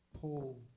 Paul